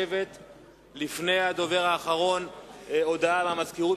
לפני הדובר האחרון הודעה מהמזכירות.